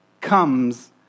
comes